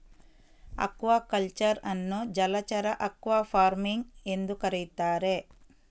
aquaculture ಅನ್ನು ಜಲಚರ aquafarming ಎಂದೂ ಕರೆಯುತ್ತಾರೆ